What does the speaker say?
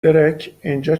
درکاینجا